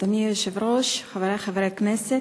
אדוני היושב-ראש, חברי חברי הכנסת,